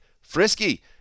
frisky